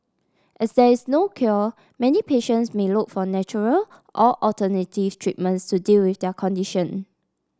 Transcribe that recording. as there is no cure many patients may look for natural or alternative treatments to deal with their condition